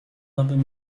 nowym